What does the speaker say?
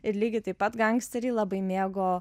ir lygiai taip pat gangsteriai labai mėgo